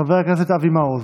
חבר הכנסת אבי מעוז,